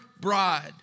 bride